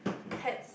pads